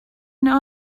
now